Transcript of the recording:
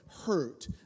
hurt